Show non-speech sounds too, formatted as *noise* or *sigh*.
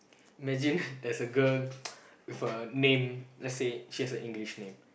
imagine there's a girl *noise* with a name let's say she has a English name